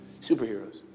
Superheroes